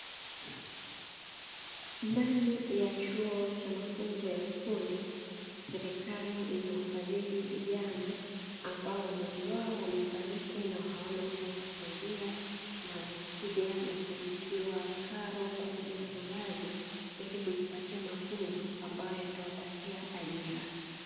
Ndani ya chuo cha mafunzo ya ufundi serikali imewafadhili vijana ambao wazazi wao wamefariki na waona mtu wa kusaidia na kuja na kulipiwa karo pamoja na malazi ili kujipatia mafunzo ambayo yatawapatia ajira.